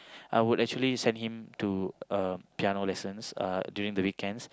I would actually send him to uh piano lessons uh during the weekends